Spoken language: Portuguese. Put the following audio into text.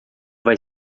vai